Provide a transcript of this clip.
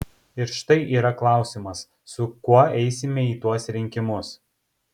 ir štai yra klausimas su kuo eisime į tuos rinkimus